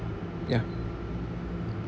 ya